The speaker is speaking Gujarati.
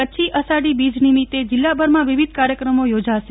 કચ્છી આષાઢી બીજ નિમિત્તે જિલ્લાભરમાં વિવિધ કાર્યક્રમો યોજાશે